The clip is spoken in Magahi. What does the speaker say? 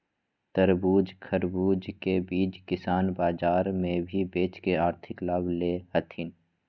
तरबूज, खरबूज के बीज किसान बाजार मे भी बेच के आर्थिक लाभ ले हथीन